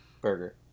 burger